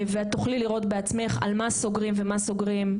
את תוכלי לראות בעצמך על מה סוגרים ומה סוגרים,